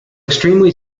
extremely